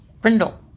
Brindle